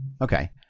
Okay